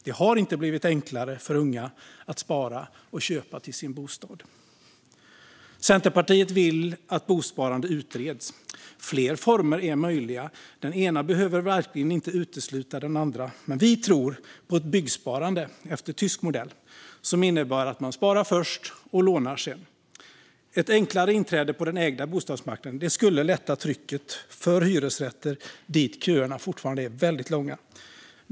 Det har inte blivit enklare för unga att spara till och köpa en bostad. Centerpartiet vill att bosparande utreds. Fler former är möjliga - den ena behöver verkligen inte utesluta den andra - men vi tror på ett byggsparande, efter tysk modell, som innebär att man sparar först och lånar sedan. Ett enklare inträde på den ägda bostadsmarknaden skulle lätta på trycket för hyresrätter dit köerna fortfarande är väldigt långa.